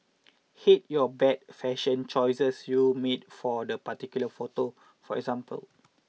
hate your bad fashion choices you made for the particular photo for example